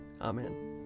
Amen